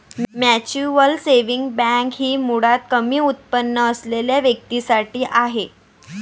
mutual saving bank ही मुळात कमी उत्पन्न असलेल्या व्यक्तीं साठी आहे